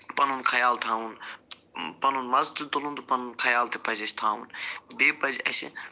پَنُن خیال تھاوُن پَنُن مَزٕ تہِ تُلُن تہٕ پَنُن خیال تہِ پَزِ اَسہِ تھاوُن بیٚیہِ پَزِ اَسہِ